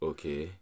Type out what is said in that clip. Okay